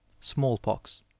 Smallpox